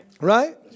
Right